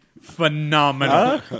phenomenal